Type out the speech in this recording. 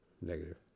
Negative